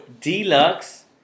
deluxe